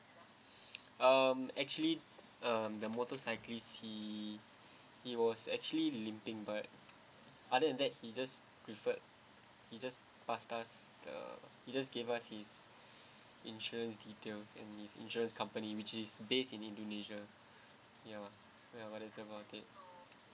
um actually um the motorcyclist he he was actually he limping but other than that he just preferred he just passed us the he just gave us his insurance details and his insurance company which is based in indonesia ya ya whatever he did